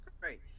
great